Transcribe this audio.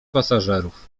pasażerów